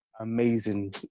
amazing